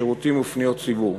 שירותים ופניות ציבור.